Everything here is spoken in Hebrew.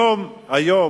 היום,